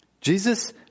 Jesus